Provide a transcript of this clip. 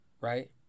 right